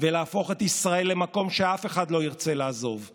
זה איזשהו שוט כדי לא לעשות ביזנס ומסחרה מהכנסת.